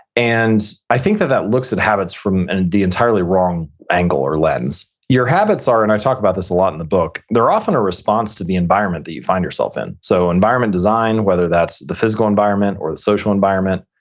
and i think that that looks at habits from the entirely wrong angle or lens your habits are, and i talk about this a lot in the book, they're often a response to the environment that you find yourself in. so environment design, whether that's the physical environment or the social environment,